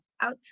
out